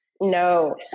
No